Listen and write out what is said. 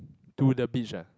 to the beach ah